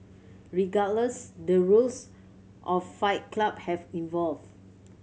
regardless the rules of Fight Club have evolved